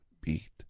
beat